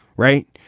right?